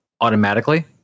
automatically